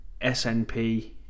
SNP